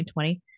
2020